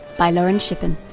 by lauren shippen.